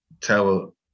tell